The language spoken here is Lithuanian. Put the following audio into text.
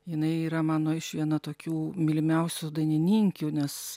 jinai yra mano iš viena tokių mylimiausių dainininkių nes